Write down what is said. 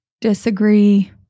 disagree